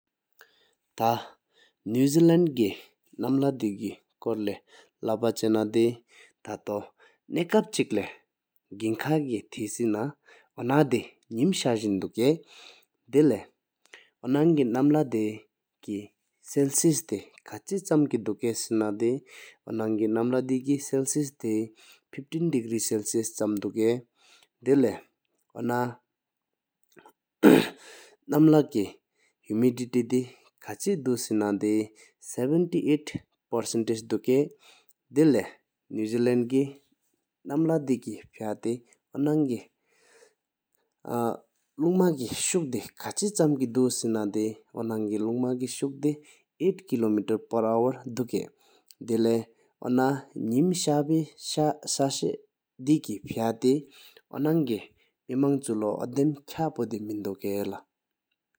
ཐ་ནི་འཛི་ལེནྜ་གི་ནམ་ལ་དེ་བཀྲ་ལེགས་སྐོར་ལས་ལབ་པ་ཆེན་ན་ དེ་ཐ་ཐོ་ནས་ཀབ་ཆེཁ་ལས་གིན་ཀ་ཀི་ཐེ་ཚེད་ན་འོ་ན་དེ་ཉིམ་ཤར་འཛིན་དུག། རྗེ་བལམ་འོ་ནང་གི་ནམ་ལ་དེ་སེལླས་དེ་ཁ་ཚེད་ཚན་གི་དུག་སེན་ན་དེ་འོ་ནང་གི་ནམ་ལ་དེ་བཀྲ་ལེགས་སེལླས་དེ་བཅུ་ལྔ་སེལླས་ཁ་ཚེད་གི་དུག་སོང་། དེ་ལས་འོ་ན་ནམ་ལ་གི་གྱིས་དེ་འོ་མི་འོ་ནང་ལས་མེ་དུར་སེའོ་ཚེ་མི་ན་སེན་ན་དེ་བརྒྱ་དྲུག་གྱི་ཕྲག་གི་གི་འཕྲོག་སུའོ། དེ་ལོ་བེའོ་འཛི་ལེནྡ་གི་ནམ་ལ་དེ་མི་ཏེ་འོ་ནང་གི་ལུང་མ་གི་ཤུག་དེ་མི་ཚན་ཀི་གི་དུག་སེན་ན་དེ་འོ་ནང་གི་ལུང་མ་གི་ཤུག་དེ་བརྒྱད་ཆང་གྱི་གི་དུག་སླྀ། དེ་ལས་འོ་ན་ཉིམ་ཤར་ཤ་དེ་ཁ་དེ་འོ་ནང་གི་སྨན་པ་རི་སྦོར་ཨ་ཚོམ་དང་སེ་གའག་གི་ཆ་འགྲིད་འོ།